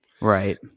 Right